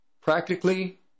Practically